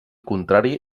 contrari